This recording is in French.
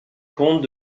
comtes